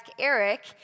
Eric